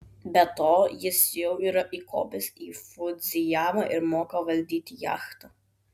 be to jis jau yra įkopęs į fudzijamą ir moka valdyti jachtą